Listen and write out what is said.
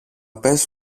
πες